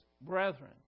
brethren